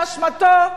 באשמתו,